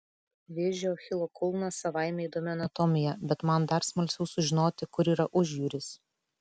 vėžio achilo kulnas savaime įdomi anatomija bet man dar smalsiau sužinoti kur yra užjūris